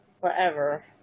forever